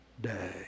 day